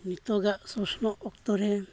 ᱱᱤᱛᱳᱜ ᱟᱜ ᱥᱚᱥᱱᱚᱜ ᱚᱠᱛᱚ ᱨᱮ